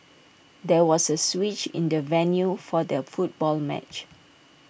there was A switch in the venue for the football match